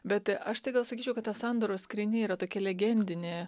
bet aš tai gal sakyčiau kad ta sandoros skrynia yra tokia legendinė